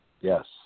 Yes